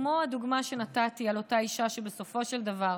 כמו הדוגמה שנתתי על אותה אישה שבסופו של דבר,